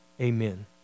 Amen